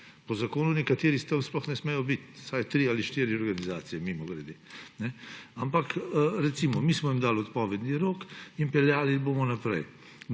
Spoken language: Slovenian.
Po zakonu nekateri tam sploh ne smejo biti, vsaj tri ali štiri organizacije, mimogrede. Ampak, recimo, mi smo jim dali odpovedni rok in peljali jih bomo naprej.